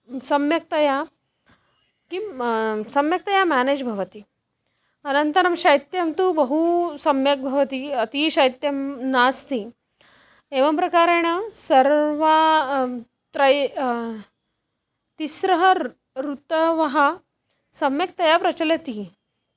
सम्यक्तया किं सम्यक्तया मेनेज् भवति अनन्तरं शैत्यं तु बहु सम्यक् भवति अतिशैत्यं नास्ति एवं प्रकारेण सर्वे त्रयः तिस्रः र् ऋतवः सम्यक्तया प्रचलन्ति